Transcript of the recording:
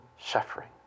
suffering